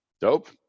dope